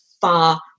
far